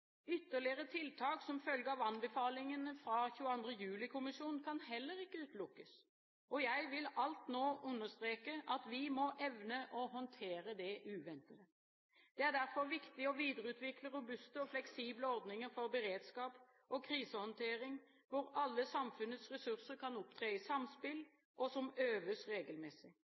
Ytterligere tiltak som følge av anbefalingene fra 22. juli-kommisjonen kan heller ikke utelukkes. Jeg vil alt nå understreke at vi må evne å håndtere det uventede. Det er derfor viktig å videreutvikle robuste og fleksible ordninger for beredskap og krisehåndtering hvor alle samfunnets ressurser kan opptre i samspill, og som øves regelmessig.